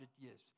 years